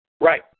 Right